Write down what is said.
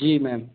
जी ma'am